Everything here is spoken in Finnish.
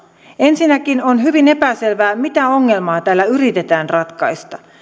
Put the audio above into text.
ensinnäkin on hyvin epäselvää mitä ongelmaa tällä yritetään ratkaista